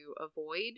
Avoid